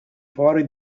fuori